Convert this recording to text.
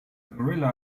gorilla